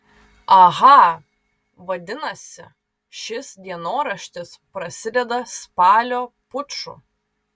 aha vadinasi šis dienoraštis prasideda spalio puču